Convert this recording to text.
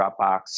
Dropbox